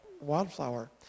wildflower